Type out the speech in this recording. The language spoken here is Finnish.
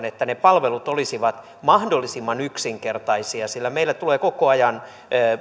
että ne palvelut olisivat mahdollisimman yksinkertaisia meille tulee koko ajan